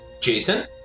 Jason